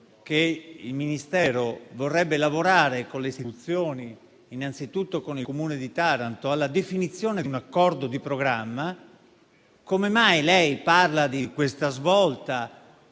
che il Ministero vorrebbe lavorare con le istituzioni, innanzitutto con il Comune di Taranto, alla definizione di un accordo di programma. Come mai lei parla di questa svolta?